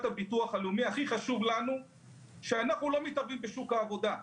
הכי חשוב לנו שלא להתערב בשוק העבודה.